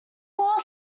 four